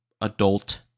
adult